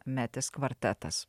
metis kvartetas